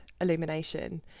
illumination